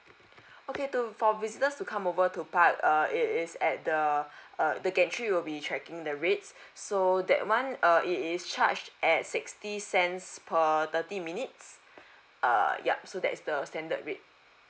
okay to for visitors to come over to park uh it is at the uh the gantry will be checking the rates so that one uh it is charge at sixty cents per thirty minutes err yup so that is the standard rate